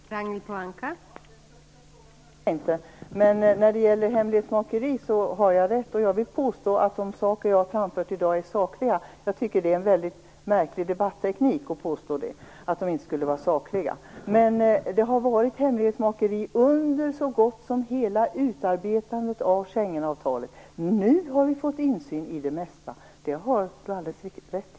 Fru talman! Den första frågan hörde jag inte. Men när det gäller hemlighetsmakeri har jag rätt. Jag vill också påstå att de saker jag framfört i dag är sakliga. Det är en väldigt märklig debatteknik att påstå att de inte skulle vara sakliga. Det har varit hemlighetsmakeri under så gott som hela utarbetandet av Schengenavtalet. Nu har vi fått insyn i det mesta; det har Magnus Johansson alldeles rätt i.